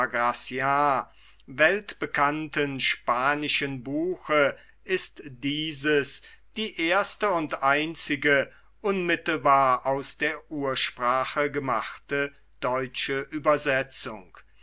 gracian weltbekannten spanischen buche ist dieses die erste und einzige unmittelbar aus der ursprache gemachte deutsche übersetzung